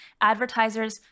advertisers